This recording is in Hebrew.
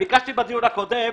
ביקשתי בדיון הקודם